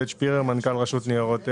אני מנכ"ל רשות ניירות ערך.